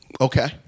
Okay